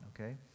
okay